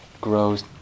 grows